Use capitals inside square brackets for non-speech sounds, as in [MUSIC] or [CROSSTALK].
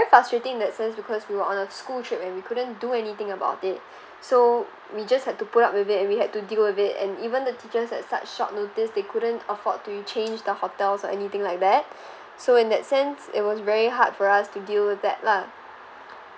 frustrating in that sense because we were on a school trip and we couldn't do anything about it so we just had to put up with it and we had to deal with it and even the teachers at such short notice they couldn't afford to change the hotels or anything like that [BREATH] so in that sense it was very hard for us to deal with that lah